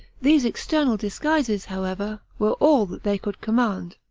these external disguises, however, were all that they could command.